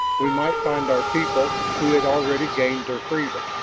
we might find our people who had already gained their freedom.